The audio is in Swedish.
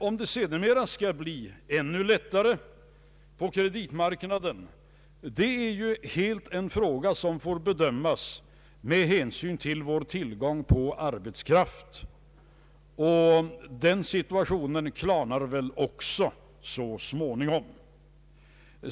Om det sedermera skall bli ännu lättare på kreditmarknaden är helt en fråga som får bedömas med hänsyn till vår tillgång på arbetskraft, och den situationen klarnar väl också så småningom.